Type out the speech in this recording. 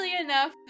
enough